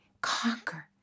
conquer